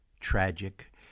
tragic